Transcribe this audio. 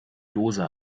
dose